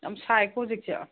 ꯌꯥꯝ ꯁꯥꯏꯀꯣ ꯍꯧꯖꯤꯛꯁꯦ